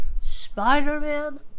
Spider-Man